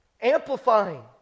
amplifying